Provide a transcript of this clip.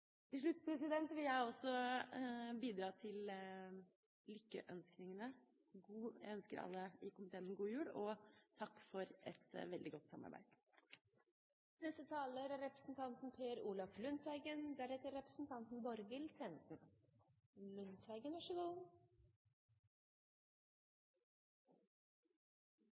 Til slutt vil jeg også bidra med lykkønskninger. Jeg ønsker alle i komiteen en god jul og takk for et veldig godt samarbeid.